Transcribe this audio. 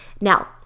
now